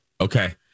Okay